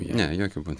ne jokiu būdu